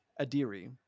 Adiri